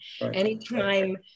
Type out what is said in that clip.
Anytime